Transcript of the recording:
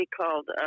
called –